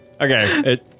Okay